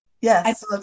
Yes